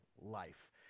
life